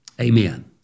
Amen